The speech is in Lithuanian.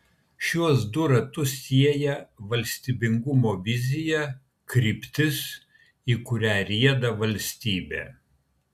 šiuos du ratus sieja valstybingumo vizija kryptis į kurią rieda valstybė